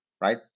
right